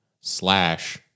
slash